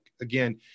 again